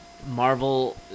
Marvel